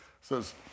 says